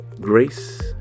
Grace